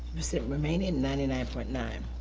percent remaining ninety nine point nine.